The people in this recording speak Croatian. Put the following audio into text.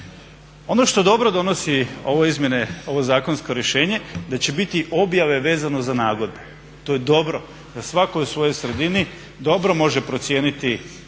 Ono što dobro donosi ovo zakonsko rješenje, da će biti objave vezano za nagodbe. To je dobro, da svatko u svojoj sredini dobro može procijeniti tko